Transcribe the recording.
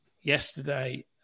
yesterday